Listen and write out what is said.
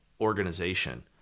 organization